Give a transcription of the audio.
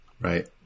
Right